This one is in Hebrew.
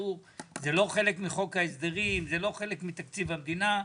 זה לא חלק מחוק ההסדרים, זה לא חלק מתקציב המדינה.